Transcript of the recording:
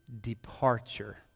departure